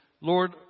Lord